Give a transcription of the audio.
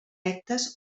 rectes